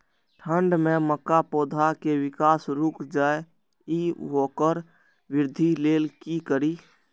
ठंढ में मक्का पौधा के विकास रूक जाय इ वोकर वृद्धि लेल कि करी?